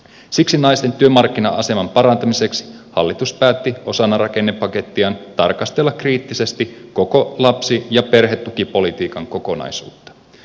siksi naisten työmarkkina aseman parantamiseksi hallitus päätti osana rakennepakettiaan tarkastella kriittisesti koko lapsi ja perhetukipolitiikan kokonaisuutta